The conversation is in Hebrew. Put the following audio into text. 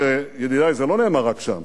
אבל, ידידי, זה לא נאמר רק שם.